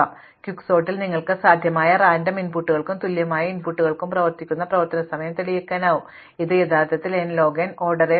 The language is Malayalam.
പക്ഷേ ക്വിക്സോർട്ടിൽ നിങ്ങൾക്ക് സാധ്യമായ എല്ലാ റാൻഡം ഇൻപുട്ടുകൾക്കും തുല്യമായ ഇൻപുട്ടുകൾക്കിടയിൽ പ്രതീക്ഷിക്കുന്ന പ്രവർത്തന സമയം തെളിയിക്കാനാകും ഇത് യഥാർത്ഥത്തിൽ എൻ ലോഗ് എൻ ഓർഡർ ചെയ്യും